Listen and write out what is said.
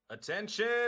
Attention